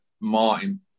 Martin